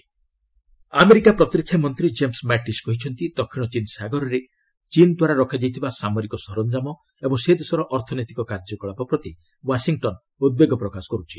ଚୀନ୍ Mattis America ପ୍ରତିରକ୍ଷା ମନ୍ତ୍ରୀ ଜେମ୍ସ ମାଟ୍ଟିସ୍ କହିଚନ୍ତି ଦକ୍ଷିଣ ଚୀନ୍ ସାଗରରେ ଚୀନଦ୍ୱାରା ରଖାଯାଇଥିବା ସାମରିକ ସରଞ୍ଜାମ ସେ ଦେଶର ଅର୍ଥନୈତିକ କାର୍ଯ୍ୟକଳାପ ପ୍ରତି ଓ୍ୱାଶିଂଟନ୍ ଉଦ୍ବେଗ ପ୍ରକାଶ କରିଛି